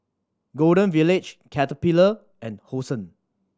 Golden Village Caterpillar and Hosen